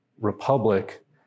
republic